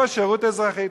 זהו שירות אזרחי.